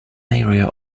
area